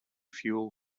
fuel